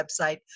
website